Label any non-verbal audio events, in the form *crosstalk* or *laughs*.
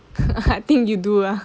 *laughs* I think you do lah